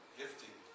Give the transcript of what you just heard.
gifting